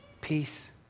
peace